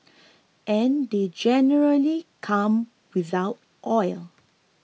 and they generally come without oil